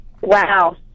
Wow